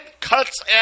cuts